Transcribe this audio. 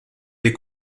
des